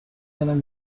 کنم